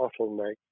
bottleneck